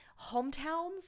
hometowns